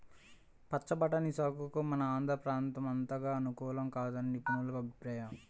పచ్చి బఠానీ సాగుకు మన ఆంధ్ర ప్రాంతం అంతగా అనుకూలం కాదని నిపుణుల అభిప్రాయం